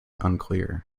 unclear